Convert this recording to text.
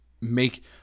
make